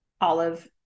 olive